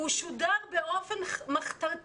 והוא שודר ממש באופן מחתרתי,